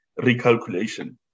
recalculation